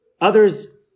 Others